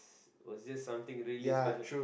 was just something really special